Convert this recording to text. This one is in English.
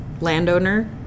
landowner